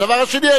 והדבר השני,